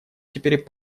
теперь